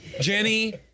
Jenny